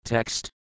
Text